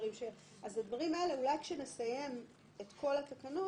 אולי כשנסיים את כל התקנות,